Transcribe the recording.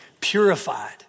purified